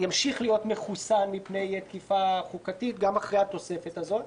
ימשיך להיות מחוסן מפני תקיפה חוקתית גם אחרי התוספת הזאת.